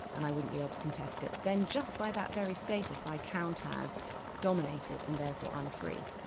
and i wouldn't be able to contest it, then just by that very status i count as dominated and therefore un-free.